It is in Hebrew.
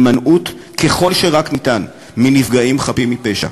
הימנעות ככל שרק ניתן מפגיעה בחפים מפשע.